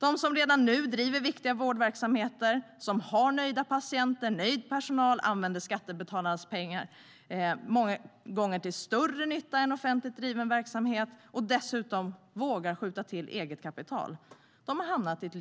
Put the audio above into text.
De som redan nu driver viktiga vårdverksamheter, har nöjda patienter och nöjd personal och många gånger använder skattebetalarnas pengar till större nytta än offentligt driven verksamhet - och dessutom vågar skjuta till eget kapital - har hamnat i limbo.